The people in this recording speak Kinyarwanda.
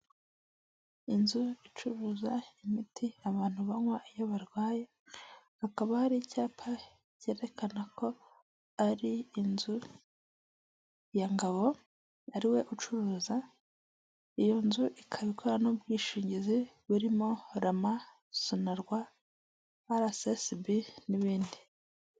Inzu icuruza imiti abantu banywa iyo barwaye hakaba hari icyapa kerekana ko ari inzu ya Ngabo ariwe ucuruza, iyo nzu ikaba ikora n'ubwishingizi burimo rama sonarwa ara esi esi bi n'ibindi.